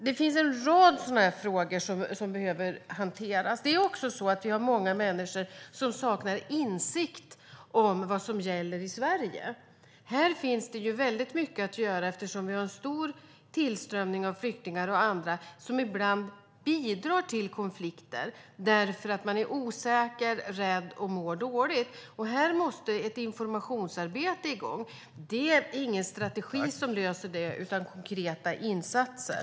Det finns en rad frågor som behöver hanteras. Det är också så att vi har många människor som saknar insikt i vad som gäller i Sverige. Här finns det väldigt mycket att göra eftersom vi har en stor tillströmning av flyktingar och andra som ibland bidrar till konflikter därför att de är osäkra, rädda och mår dåligt. Här måste ett informationsarbete komma igång. Det är ingen strategi som löser det, utan det är konkreta insatser.